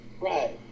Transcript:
Right